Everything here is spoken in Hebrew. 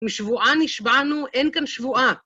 משבועה נשבענו, אין כאן שבועה.